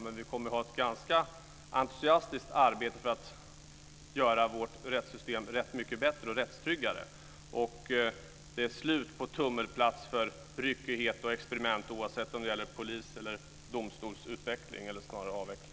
Men vi kommer att ha ett ganska entusiastiskt arbete för att göra vårt rättssystem mycket bättre och rättstryggare. Det är slut på tummelplats för ryckighet och experiment, oavsett om det gäller polis eller domstolsutveckling, eller snarare avveckling.